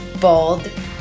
bold